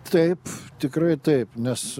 taip tikrai taip nes